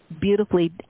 beautifully